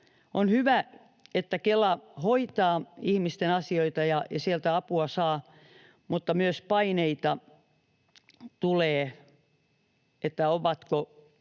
On hyvä, että Kela hoitaa ihmisten asioita ja että sieltä apua saa, mutta myös paineita tulee, että onko